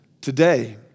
today